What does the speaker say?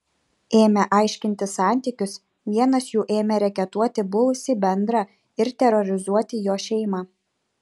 ėmę aiškintis santykius vienas jų ėmė reketuoti buvusį bendrą ir terorizuoti jo šeimą